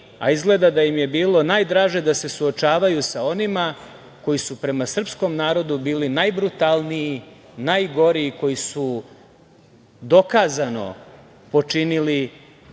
a izgleda da im je bilo najdraže da se suočavaju sa onima koji su prema srpskom narodu bili najbrutalniji, najgori, koji su dokazano počinili